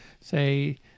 say